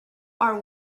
are